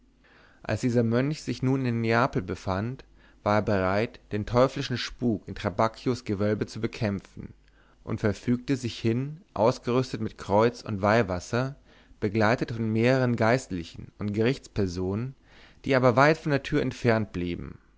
als dieser mönch sich nun in neapel befand war er bereit den teuflischen spuk in trabacchios gewölbe zu bekämpfen und verfügte sich hin ausgerüstet mit kreuz und weihwasser begleitet von mehreren geistlichen und gerichtspersonen die aber weit von der tür entfernt blieben